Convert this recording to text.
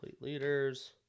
leaders